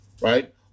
right